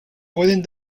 pueden